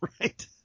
right